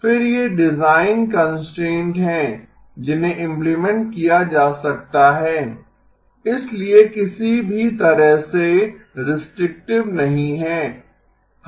फिर ये design constraints हैं जिन्हें इम्प्लीमेंट किया जा सकता है इसलिए किसी भी तरह से रिस्ट्रिक्टिव नहीं है